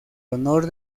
honor